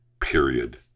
period